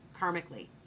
karmically